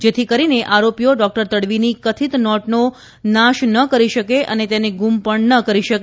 જેથી કરીને આરોપીઓ ડોકટર તડવીની કથિત નોટનો નાશ ન કરી શકે અને તેને ગુમ ન કરી શકે